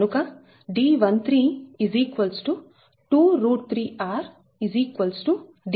కనుక D132√3r D15